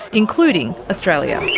including australia.